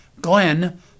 Glenn